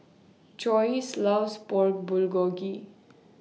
Joyce loves Pork Bulgogi